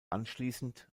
anschließend